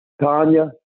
Tanya